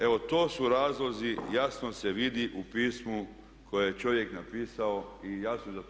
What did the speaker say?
Evo to su razlozi, jasno se vidi u pismu koje je čovjek napisao i jasno iza toga